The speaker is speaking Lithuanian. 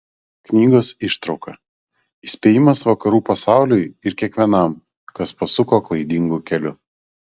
knygos ištrauka įspėjimas vakarų pasauliui ir kiekvienam kas pasuko klaidingu keliu